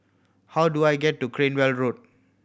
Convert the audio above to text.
how do I get to Cranwell Road